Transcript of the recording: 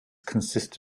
consist